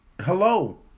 hello